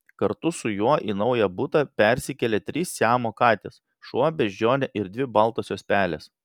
kartu su juo į naują butą persikėlė trys siamo katės šuo beždžionė ir dvi baltosios pelės